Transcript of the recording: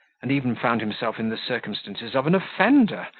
and even found himself in the circumstances of an offender,